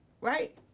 right